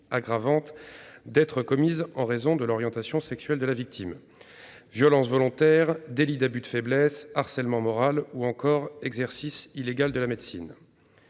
aggravante d'être commises en raison de l'orientation sexuelle de la victime : violences volontaires, délit d'abus de faiblesse, harcèlement moral, ou encore exercice illégal de la médecine.